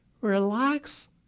Relax